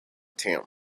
tampa